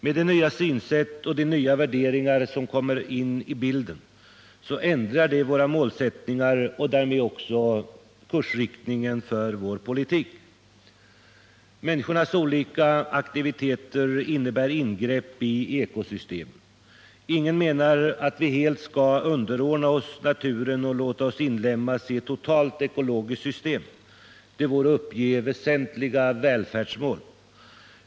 Men det nya synsätt och de nya värderingar som här kommer in i bilden ändrar våra målsättningar och därmed kursriktningen för vår politik. Människornas olika aktiviteter innebär ingrepp i ekosystemen. Ingen menar att vi helt skall underordna oss naturen och låta oss inlemmas i ett totalt ekologiskt system: Det vore att uppge väsentliga välfärdsmål.